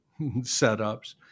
setups